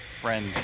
friend